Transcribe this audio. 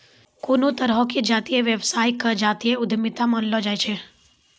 कोनो तरहो के जातीय व्यवसाय के जातीय उद्यमिता मानलो जाय छै